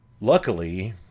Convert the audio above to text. Luckily